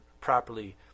properly